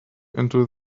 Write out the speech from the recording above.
into